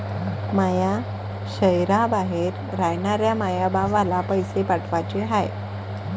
माया शैहराबाहेर रायनाऱ्या माया भावाला पैसे पाठवाचे हाय